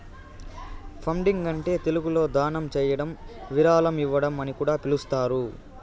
funding అంటే తెలుగులో దానం చేయడం విరాళం ఇవ్వడం అని కూడా పిలుస్తారు